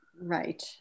Right